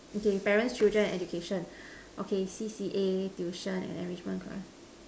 okay parents children and education okay C_C_A tuition and enrichment class